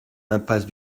impasse